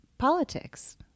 politics